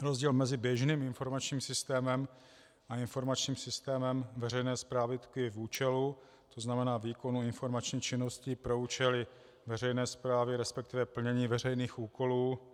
Rozdíl mezi běžným informačním systémem a informačním systémem veřejné správy tkví v účelu, to znamená výkonu informační činnosti pro účely veřejné správy, resp. plnění veřejných úkolů.